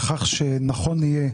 לכך שנכון יהיה